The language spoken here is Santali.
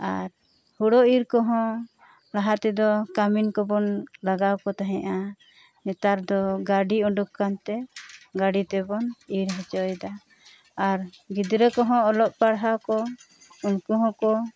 ᱟᱨ ᱦᱳᱲᱳ ᱤᱨ ᱠᱚᱦᱚ ᱞᱟᱦᱟ ᱛᱮᱫᱚ ᱠᱟᱹᱢᱤᱱ ᱠᱚᱵᱚᱱ ᱞᱟᱜᱟᱣ ᱠᱚ ᱛᱟᱦᱮᱭᱟ ᱱᱮᱛᱟᱨ ᱫᱚ ᱜᱟᱹᱰᱤ ᱚᱰᱚᱠ ᱟᱠᱟᱱ ᱛᱮ ᱜᱟᱹᱲᱤ ᱛᱮᱵᱚᱱ ᱤᱨ ᱦᱚᱪᱚᱭᱮᱫᱟ ᱟᱨ ᱜᱤᱫᱽᱨᱟᱹ ᱠᱚᱦᱚᱸ ᱚᱞᱚᱜ ᱯᱟᱲᱦᱟᱣ ᱠᱚ ᱩᱱᱠᱩ ᱦᱚᱸᱠᱚ